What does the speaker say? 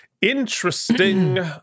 interesting